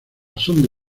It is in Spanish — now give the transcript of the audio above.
sonda